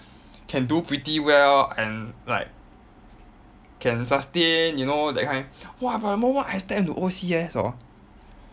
can do pretty well and like can sustain you know that kind !wah! but the moment I step into O_C_S hor